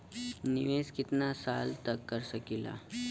निवेश कितना साल तक कर सकीला?